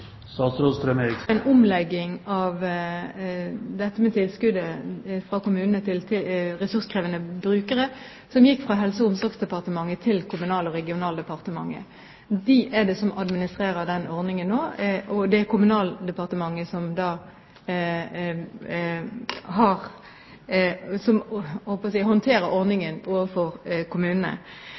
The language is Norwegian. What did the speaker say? Tilskuddet fra kommunene til ressurskrevende brukere er en ordning som ble overført fra Helse- og omsorgsdepartementet til Kommunal- og regionaldepartementet. Det er de som administrerer denne ordningen nå, og det er de som håndterer ordningen overfor kommunene. Det er klart det er viktig å begrense institusjonaliseringen. Men det er ikke slik at kommunene